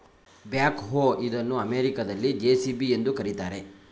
back ಹೋ ಇದನ್ನು ಅಮೆರಿಕದಲ್ಲಿ ಜೆ.ಸಿ.ಬಿ ಎಂದು ಕರಿತಾರೆ